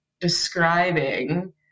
describing